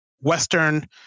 Western